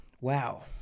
Wow